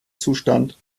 zustand